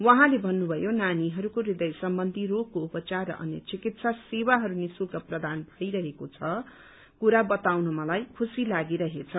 उहाँले भन्नुभयो नानीहरूको हृदय सम्बन्धी रोगको उपचार र अन्य चिकित्सा सेवाहरू निश्रेल्क प्रदान भइरहेको कुरा बताउन मलाई खुशी लागिरहेछ